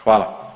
Hvala.